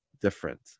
different